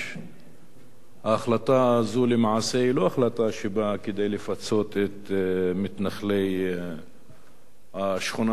ההחלטה הזו למעשה היא לא החלטה שבאה כדי לפצות את מתנחלי השכונה הזו,